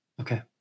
Okay